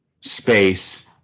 space